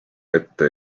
ette